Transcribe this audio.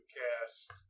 cast